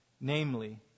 Namely